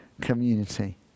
community